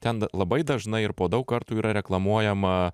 ten labai dažnai ir po daug kartų yra reklamuojama